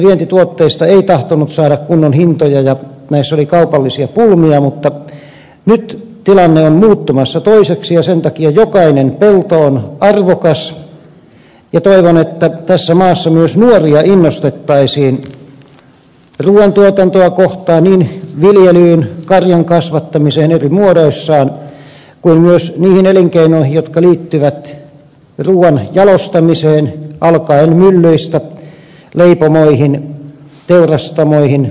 aiemminhan noista vientituotteista ei tahtonut saada kunnon hintoja ja oli kaupallisia pulmia mutta nyt tilanne on muuttumassa toiseksi ja sen takia jokainen pelto on arvokas ja toivon että tässä maassa myös nuoria innostettaisiin ruuantuotantoa kohtaan niin viljelyyn karjankasvattamiseen eri muodoissaan kuin myös niihin elinkeinoihin jotka liittyvät ruuan jalostamiseen alkaen myllyistä leipomoihin teurastamoihin ja niin edelleen